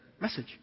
message